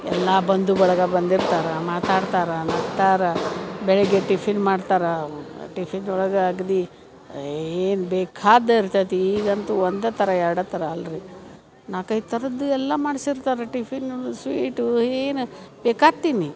ಎಲ್ಲ ಬಂಧು ಬಳಗ ಬಂದಿರ್ತಾರೆ ಮಾತಾಡ್ತಾರೆ ನಗ್ತಾರೆ ಬೆಳಗ್ಗೆ ಟಿಫಿನ್ ಮಾಡ್ತಾರೆ ಟಿಫಿನ್ದೊಳಗೆ ಅಗದಿ ಏನು ಬೇಕಾದ್ದು ಇರ್ತೈತಿ ಈಗ ಅಂತೂ ಒಂದೇ ಥರ ಎರಡೇ ಥರ ಅಲ್ಲ ರಿ ನಾಲ್ಕೈದು ಥರದ್ದು ಎಲ್ಲ ಮಾಡ್ಸಿರ್ತಾರೆ ರೀ ಟಿಫಿನು ಸ್ವೀಟು ಏನು ಬೇಕಾದ್ದು ತಿನ್ನಿ